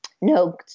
No